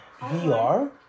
VR